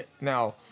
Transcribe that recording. now